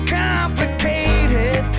complicated